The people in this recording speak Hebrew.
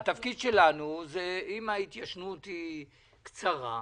אם ההתיישנות היא קצרה,